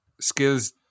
Skills